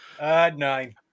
nine